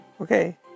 Okay